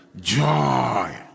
joy